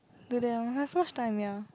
do there lor got so much time ya